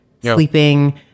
sleeping